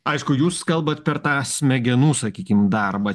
aišku jūs kalbat per tą smegenų sakykim darbą